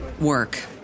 work